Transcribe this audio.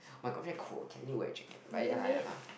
my got friend cold can you wear jacket right ya lah ya lah